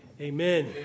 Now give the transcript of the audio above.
amen